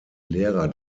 lehrer